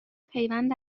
پیوند